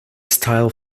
style